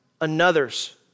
another's